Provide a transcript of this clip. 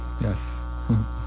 yes